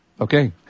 Okay